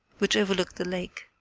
which overlooked the lake.